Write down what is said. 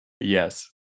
Yes